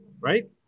Right